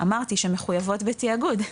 אמרתי שמחויבות בתאגוד.